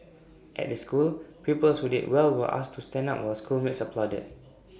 at the school pupils who did well were asked to stand up while schoolmates applauded